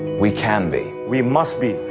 we can be, we must be,